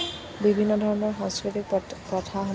বিভিন্ন ধৰণৰ সাংস্কৃতিক প্ৰথাসমূহত